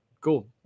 cool